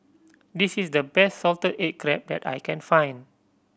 this is the best salted egg crab that I can find